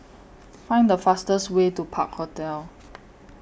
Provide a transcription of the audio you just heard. Find The fastest Way to Park Hotel